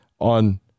on